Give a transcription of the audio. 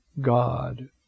God